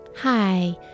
Hi